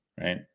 right